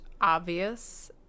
obvious